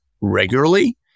regularly